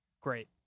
Great